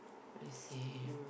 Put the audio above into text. let's see